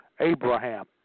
Abraham